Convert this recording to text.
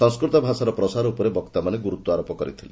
ସଂସ୍କୃତ ଭାଷାର ପ୍ରସାର ଉପରେ ବକ୍ତାମାନେ ଗୁରୁତ୍ ଆରୋପ କରିଥିଲେ